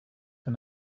for